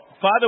Father